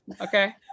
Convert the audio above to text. Okay